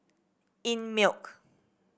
einmilk